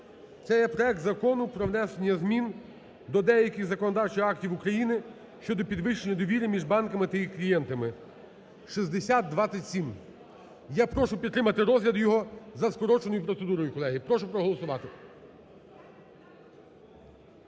це є проект Закону про внесення змін до деяких законодавчих актів України щодо підвищення довіри між банками та їх клієнтами (6027). Я прошу підтримати розгляд його за скороченою процедурою, колеги, прошу проголосувати.